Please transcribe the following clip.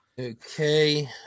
Okay